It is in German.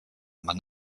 man